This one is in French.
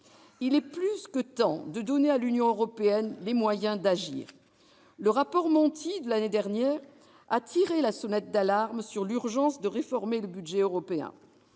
Il est plus que temps de donner à l'Union européenne les moyens d'agir. Le rapport Monti de l'année dernière a tiré la sonnette d'alarme quant à l'urgence de réformer le budget européen.